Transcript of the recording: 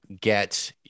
get